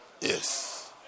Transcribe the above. Yes